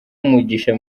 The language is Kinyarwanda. umugisha